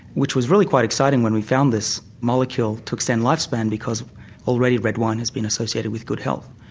which was really quite exciting when we found this molecule to extend lifespan because already red wine has been associated with good health.